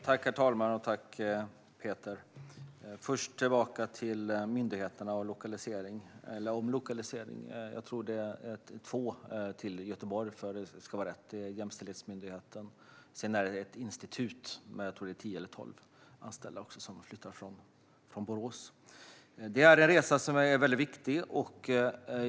Herr talman! Jag börjar med frågan om myndigheterna och omlokalisering. För att det ska bli rätt vill jag säga att jag tror att det finns ytterligare två myndigheter i Göteborg: Jämställdhetsmyndigheten samt ett institut med tio eller tolv anställda, som har flyttat från Borås. Detta är en resa som är väldigt viktig.